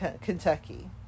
Kentucky